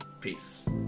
Peace